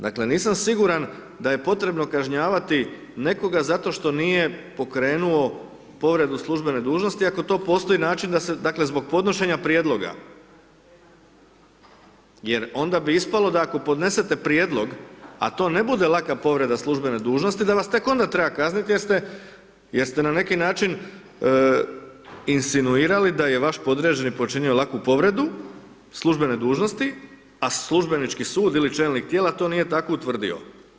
Dakle nisam siguran da je potrebno kažnjavati nekoga zato što nije pokrenuo povredu službene dužnosti ako to postoji način dakle zbog podnošenja prijedloga jer onda bi ispalo da ako podnesete prijedlog a to ne bude laka povreda službene dužnosti, da vas tek onda treba kazniti jer ste na neki način insinuirali da je vaš podređeni počinio laku povredu službene dužnosti a službenički sud ili čelnik to nije tako utvrdio.